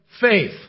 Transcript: faith